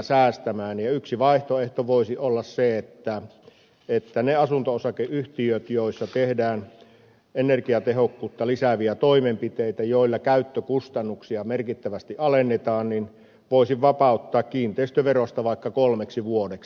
yksi vaihtoehto voisi olla se että ne asunto osakeyhtiöt joissa tehdään energiatehokkuutta lisääviä toimenpiteitä joilla käyttökustannuksia merkittävästi alennetaan voisi vapauttaa kiinteistöverosta vaikka kolmeksi vuodeksi